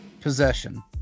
possession